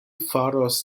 faros